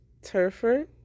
Turford